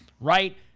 right